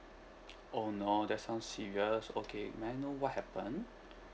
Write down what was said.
oh no that sounds serious okay may I know what happen